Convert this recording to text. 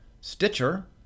Stitcher